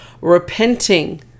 repenting